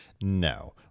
no